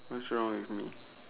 what's wrong with me